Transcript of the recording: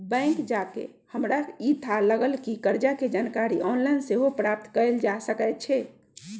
bank जा कऽ हमरा इ थाह लागल कि कर्जा के जानकारी ऑनलाइन सेहो प्राप्त कएल जा सकै छै